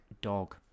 Dog